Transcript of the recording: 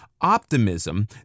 Optimism